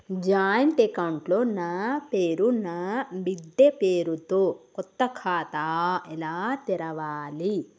Joint account లో నా పేరు నా బిడ్డే పేరు తో కొత్త ఖాతా ఎలా తెరవాలి?